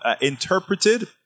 interpreted